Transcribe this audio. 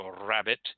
rabbit